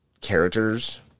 characters